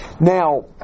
Now